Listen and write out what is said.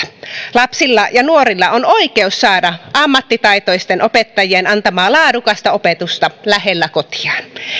lapsilla ja nuorilla on oikeus saada ammattitaitoisten opettajien antamaa laadukasta opetusta lähellä kotiaan